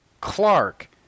Clark